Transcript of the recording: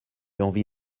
envie